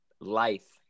life